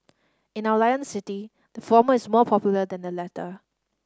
in our Lion City the former is more popular than the latter